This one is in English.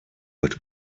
but